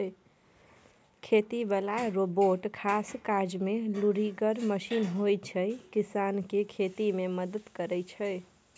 खेती बला रोबोट खास काजमे लुरिगर मशीन होइ छै किसानकेँ खेती मे मदद करय छै